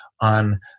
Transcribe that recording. on